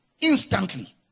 Instantly